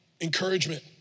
encouragement